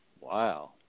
Wow